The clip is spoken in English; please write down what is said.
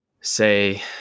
say